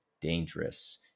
dangerous